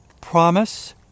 promise